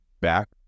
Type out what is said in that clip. back